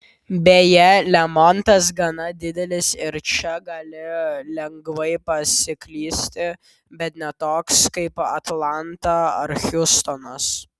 beje lemontas gana didelis ir čia gali lengvai pasiklysti bet ne toks kaip atlanta ar hjustonas